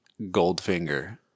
Goldfinger